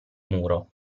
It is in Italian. muro